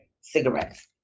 cigarettes